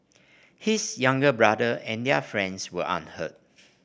his younger brother and their friend were unhurt